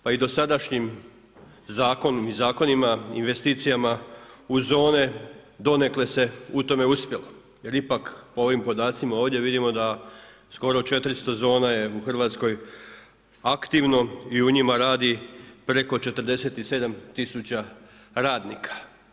Pa i dosadašnjim zakonom i zakonima, investicijama u zone donekle se u tome uspjelo jer ipak u ovim podacima ovdje vidimo da skoro 400 zona je u Hrvatskoj aktivno i u njima radi preko 47 000 radnika.